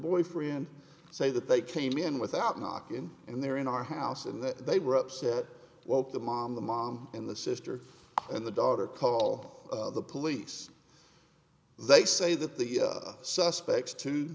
boyfriend say that they came in without knocking and they're in our house and that they were upset that well the mom the mom and the sister and the daughter call the police they say that the suspects two